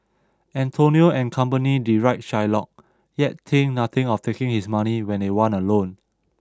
Antonio and company deride Shylock yet think nothing of taking his money when they want a loan